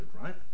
right